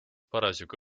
parasjagu